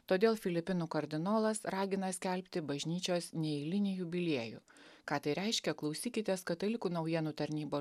todėl filipinų kardinolas ragina skelbti bažnyčios neeilinį jubiliejų ką tai reiškia klausykitės katalikų naujienų tarnybos